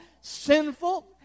sinful